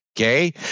Okay